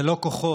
זה לא כוחות